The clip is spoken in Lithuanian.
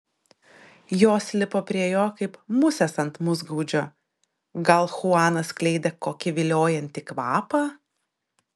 jos lipo prie jo kaip musės ant musgaudžio gal chuanas skleidė kokį viliojantį kvapą